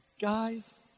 Guys